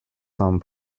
some